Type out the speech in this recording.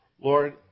Lord